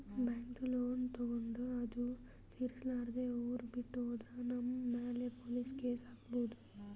ಬ್ಯಾಂಕ್ದಾಗ್ ಲೋನ್ ತಗೊಂಡ್ ಅದು ತಿರ್ಸಲಾರ್ದೆ ಊರ್ ಬಿಟ್ಟ್ ಹೋದ್ರ ನಮ್ ಮ್ಯಾಲ್ ಪೊಲೀಸ್ ಕೇಸ್ ಆಗ್ಬಹುದ್